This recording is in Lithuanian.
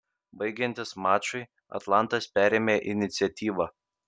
baigiantis mačui atlantas perėmė iniciatyvą